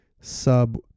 sub